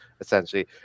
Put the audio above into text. essentially